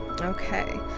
Okay